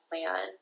plan